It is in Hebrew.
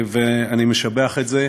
ואני משבח את זה.